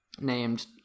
named